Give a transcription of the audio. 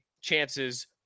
chances